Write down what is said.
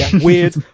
weird